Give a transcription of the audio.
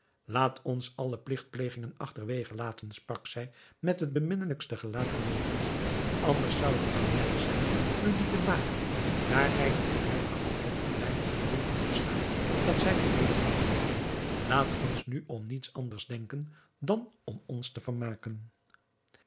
laat ons alle pligtplegingen achterwege laten sprak zij met het beminnelijkste gelaat ter wereld anders zou het aan mij zijn u die te maken daar gij de goedheid gehad hebt aan mijne vriendin toe te staan dat zij mij medebragt laat ons nu om niets anders denken dan om ons te vermaken